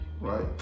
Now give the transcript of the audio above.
right